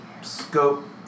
scope